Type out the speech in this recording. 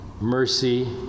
mercy